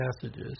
passages